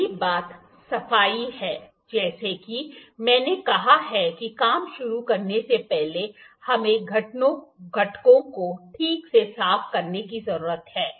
पहली बात सफाई है जैसा कि मैंने कहा कि काम शुरू करने से पहले हमें घटकों को ठीक से साफ करने की जरूरत है